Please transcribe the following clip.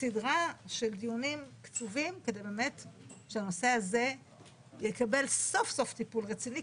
סדרה של דיונים שהנושא הזה יקבל סוף סוף טיפול רציני,